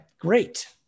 great